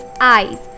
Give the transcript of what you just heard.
eyes